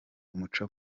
umuco